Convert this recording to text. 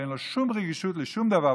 שאין לו שום רגישות לשום דבר,